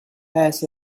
has